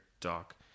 doc